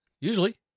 Usually